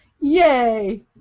Yay